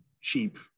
cheap